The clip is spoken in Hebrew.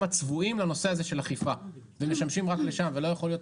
נושא של הפיקוח, דיברתם כאן על